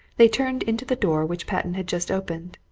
they turned into the door which patten had just opened.